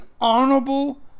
honorable